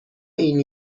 این